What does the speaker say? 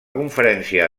conferència